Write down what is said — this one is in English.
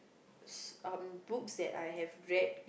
s~ um books that I have read